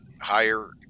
higher